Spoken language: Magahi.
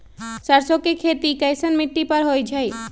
सरसों के खेती कैसन मिट्टी पर होई छाई?